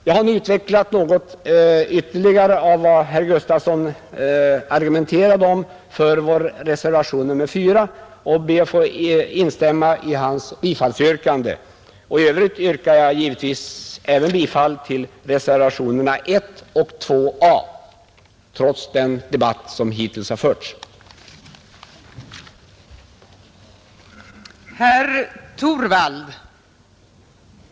Jag har nu något ytterligare utvecklat herr Gustafsons argumentation för vår reservation nr 4 och ber att få instämma i hans yrkande om bifall till denna. I övrigt yrkar jag naturligtvis, inte minst efter den debatt som hittills har förts, även bifall till reservationerna 1 och 2 a.